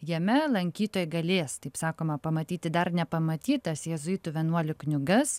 jame lankytojai galės taip sakoma pamatyti dar nepamatytas jėzuitų vienuolių knygas